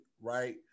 right